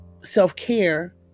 self-care